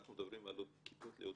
אנחנו מדברים על עוד כיתות לאוטיזם,